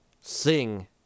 sing